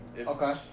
Okay